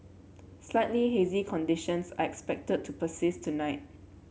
slightly hazy conditions are expected to persist tonight